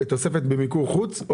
תוספת במיקור חוץ?